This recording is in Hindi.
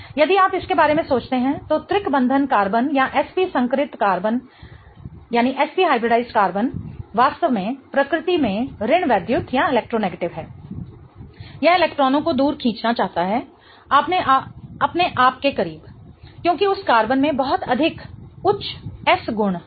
यदि आप इसके बारे में सोचते हैं तो त्रिक बंधन कार्बन या sp संकरित कार्बन वास्तव में प्रकृति में ऋण वैद्युत है यह इलेक्ट्रॉनों को दूर खींचना चाहता है अपने आप के करीब क्योंकि उस कार्बन में बहुत अधिक उच्च s गुण है